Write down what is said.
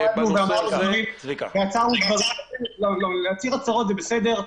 --- להצהיר הצהרות זה בסדר,